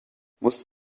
muss